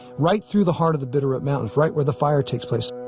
right through the heart of the bitterroot mountains right where the fire takes place.